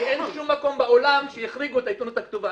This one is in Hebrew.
כי אין שום מקום בעולם שהחריגו את העיתונות הכתובה.